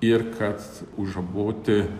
ir kad užžaboti